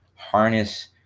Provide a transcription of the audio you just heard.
Harness